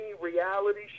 reality